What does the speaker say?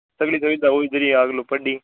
तगड़ी सुविधा पढ़ी